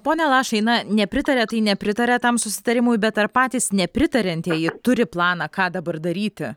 pone lašai na nepritaria tai nepritaria tam susitarimui bet ar patys nepritariantieji turi planą ką dabar daryti